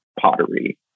pottery